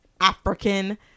african